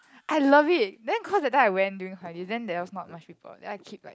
I love it then cause that time when I went during holiday then there was not much people then I keep like